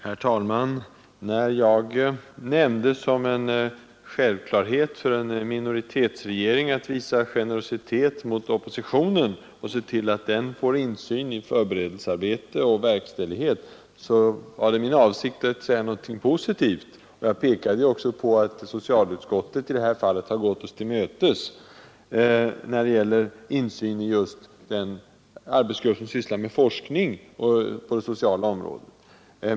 Herr talman! När jag nämnde att det bör vara självklart för en minoritetsregering att visa generositet mot oppositionen och se till att den får insyn i förberedelsearbete och verkställighet, så var det min avsikt att säga någonting positivt. Jag pekade ju också på att socialutskottet i det här fallet har gått oss till mötes när det gäller insyn i just den arbetsgrupp, som sysslar med forskning på det sociala området.